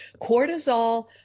Cortisol